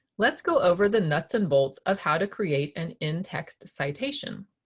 let's go over the nuts and bolts of how to create an in-text citation.